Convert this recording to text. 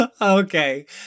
Okay